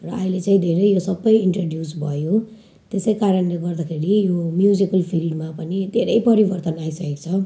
र अहिले चाहिँ धेरै यो सबै इन्ट्रोड्युस भयो त्यसै कारणले गर्दाखेरि यो म्युजिकल फिल्डमा पनि धेरै परिवर्तन आइसकेको छ